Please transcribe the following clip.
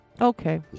Okay